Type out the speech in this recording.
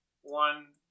One